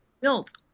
built